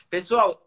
Pessoal